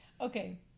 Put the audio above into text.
okay